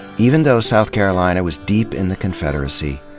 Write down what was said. even though south carolina was deep in the confederacy,